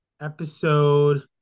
episode